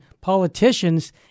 politicians